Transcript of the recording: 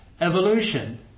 evolution